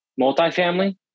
multifamily